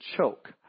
choke